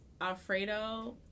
Alfredo